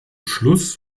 schluss